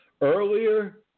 Earlier